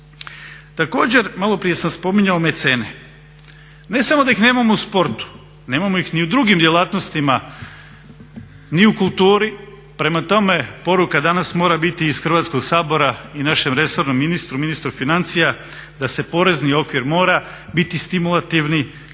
Također, malo prije sam spominjao mecene. Ne samo da ih nemamo u sportu, nemamo ih ni u drugim djelatnostima ni u kulturi. Prema tome, poruka danas mora biti i iz Hrvatskog sabora i našem resornom ministru, ministru financija da se porezni okvir mora biti stimulativni kako bi